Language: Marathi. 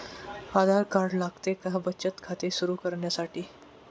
आधार कार्ड लागते का बचत खाते सुरू करण्यासाठी?